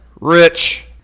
Rich